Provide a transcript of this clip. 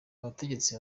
abategetsi